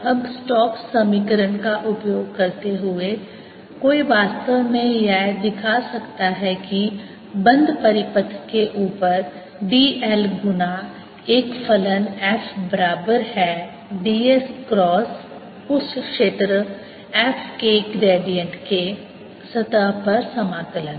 अब स्टोक्स समीकरण का उपयोग करते हुए कोई वास्तव में यह दिखा सकता है कि बंद परिपथ के ऊपर d l गुना एक फलन f बराबर है ds क्रास उस क्षेत्र f के ग्रेडियंट के सतह पर समाकलन